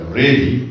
ready